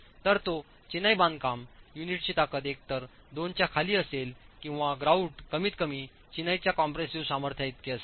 तर तो चिनाई बांधकाम युनिटची ताकद एकतर 2 च्या खालची असेल किंवा ग्रॉउट कमीतकमी चिनाईच्या कॉम्प्रेसिव्ह सामर्थ्याइतके असेल